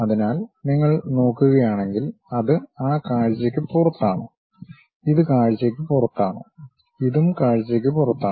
അതിനാൽ നിങ്ങൾ നോക്കുകയാണെങ്കിൽ അത് ആ കാഴ്ചയ്ക്ക് പുറത്താണ് ഇത് കാഴ്ചയ്ക്ക് പുറത്താണ് ഇതും കാഴ്ചയ്ക്ക് പുറത്താണ്